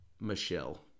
Michelle